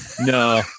No